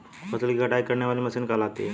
फसल की कटाई करने वाली मशीन कहलाती है?